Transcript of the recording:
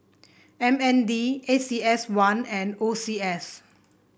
M N D A C S one and O C S